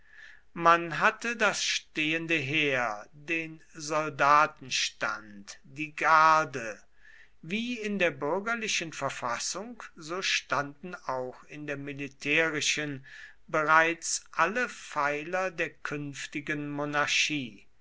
man hatte das stehende heer den soldatenstand die garde wie in der bürgerlichen verfassung so standen auch in der militärischen bereits alle pfeiler der künftigen monarchie